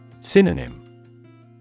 Synonym